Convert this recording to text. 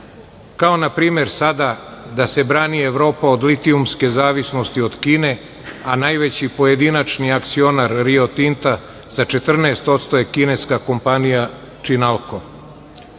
kao npr. sada da se brani Evropa od litijumske zavisnosti od Kine, a najveći pojedinačni akcionar "Rio Tinta" sa 14% je kineska kompanija "Činalko".Da